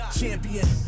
champion